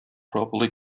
properly